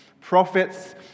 prophets